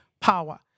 power